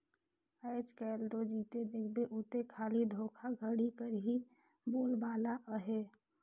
आएज काएल दो जिते देखबे उते खाली धोखाघड़ी कर ही बोलबाला अहे